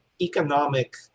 economic